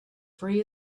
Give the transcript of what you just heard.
free